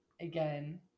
again